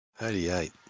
88